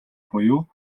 буюу